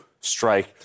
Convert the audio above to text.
strike